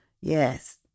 Yes